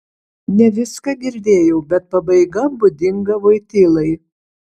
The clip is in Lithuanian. ne viską girdėjau bet pabaiga būdinga voitylai